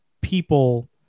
people